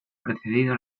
precedido